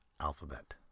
alphabet